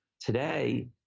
Today